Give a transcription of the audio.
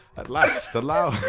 at last, allow